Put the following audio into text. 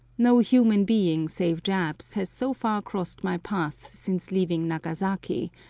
no human being save japs has so far crossed my path since leaving nagasaki,